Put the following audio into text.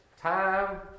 Time